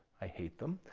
i hate them.